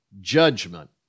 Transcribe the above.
judgment